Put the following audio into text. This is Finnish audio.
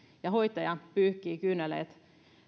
ja hoitaja pyyhkii kyyneleet